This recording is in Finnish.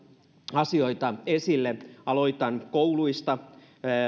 asioita esille aloitan kouluista